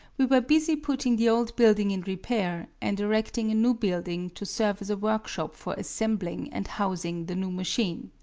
we were busy putting the old building in repair, and erecting a new building to serve as a workshop for assembling and housing the new machine.